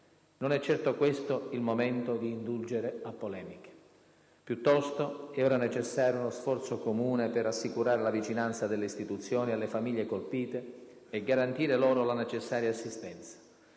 Non è certo questo il momento di indulgere a polemiche. Piuttosto, è ora necessario uno sforzo comune per assicurare la vicinanza delle istituzioni alle famiglie colpite e garantire loro la necessaria assistenza;